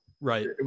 right